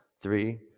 three